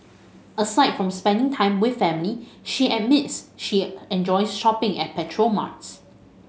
aside from spending time with family she admits she enjoys shopping at petrol marts